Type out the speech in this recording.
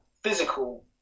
physical